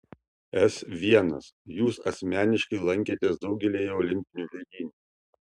s l jūs asmeniškai lankėtės daugelyje olimpinių žaidynių